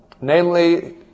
namely